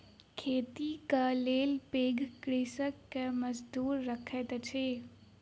खेतीक लेल पैघ कृषक मजदूर रखैत अछि